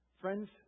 Friends